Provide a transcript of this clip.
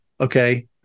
okay